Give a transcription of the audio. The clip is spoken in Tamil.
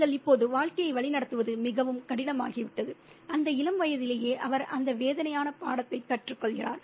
நீங்கள் இப்போது வாழ்க்கையை வழிநடத்துவது மிகவும் கடினமாகிவிட்டது அந்த இளம் வயதிலேயே அவர் அந்த வேதனையான பாடத்தை கற்றுக்கொள்கிறார்